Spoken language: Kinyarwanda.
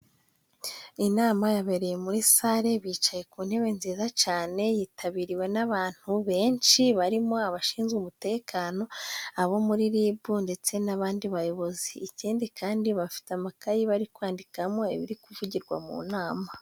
Inama yabereye muri sare bicaye ku ntebe nziza cane， yitabiriwe n'abantu benshi barimo abashinzwe umutekano，abo muri ribu ndetse n'abandi bayobozi. Ikindi kandi bafite amakayi bari kwandikamo ibiri kuvugirwa mu nama.